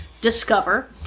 discover